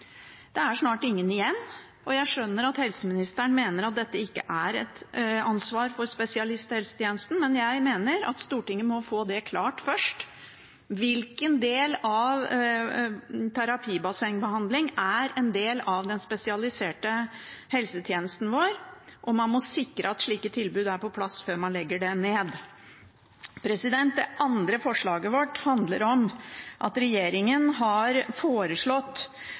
Det er snart ingen igjen. Jeg skjønner at helseministeren mener at dette ikke er et ansvar for spesialisthelsetjenesten, men jeg mener at Stortinget først må klargjøre hvilken del av terapibassengbehandling som er en del av den spesialiserte helsetjenesten vår, og man må sikre at slike tilbud er på plass før man legger dem ned. Det andre forslaget vårt handler om at regjeringen har foreslått